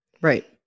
right